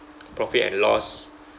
profit and loss